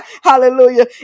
hallelujah